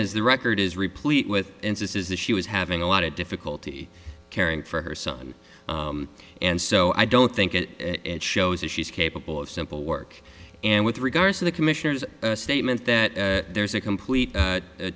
is the record is replete with instances that she was having a lot of difficulty caring for her son and so i don't think it shows that she's capable of simple work and with regards to the commissioner's statement that there's a complete